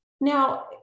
now